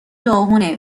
داغونه